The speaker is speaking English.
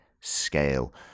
scale